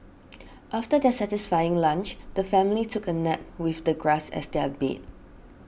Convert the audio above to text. after their satisfying lunch the family took a nap with the grass as their bed